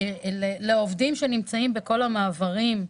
לעובדים שנמצאים בכל המעברים,